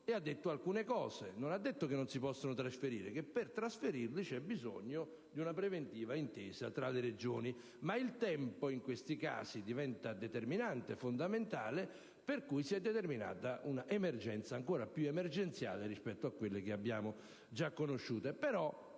intervenuto chiarendo non tanto che non si possono trasferire i rifiuti ma che per farlo ci deve essere una preventiva intesa tra le Regioni. Ma il tempo in questi casi diventa determinante e fondamentale, per cui si è determinata una emergenza ancora più emergenziale rispetto a quelle che abbiamo già conosciuto.